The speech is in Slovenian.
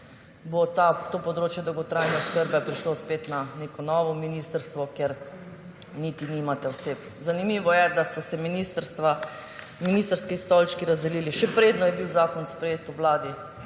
bo to področje dolgotrajne oskrbe prešlo spet na neko novo ministrstvo, kjer niti nimate oseb. Zanimivo je, da so se ministrski stolčki razdelili, še preden je bil sprejet zakon